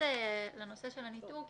אתייחס לנושא של הניתור,